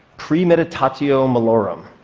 premeditatio malorum,